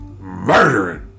murdering